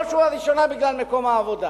ובראש ובראשונה בגלל מקום העבודה.